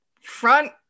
front